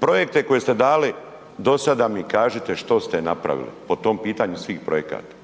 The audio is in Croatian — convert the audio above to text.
projekte koje ste dali do sada mi kažite što ste napravili, po tom pitanju svih projekata.